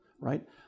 right